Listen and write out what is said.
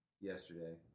yesterday